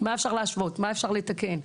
מה אפשר להשוות, מה אפשר לתקן.